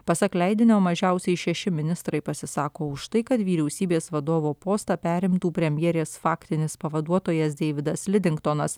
pasak leidinio mažiausiai šeši ministrai pasisako už tai kad vyriausybės vadovo postą perimtų premjerės faktinis pavaduotojas deividas lidingtonas